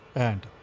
and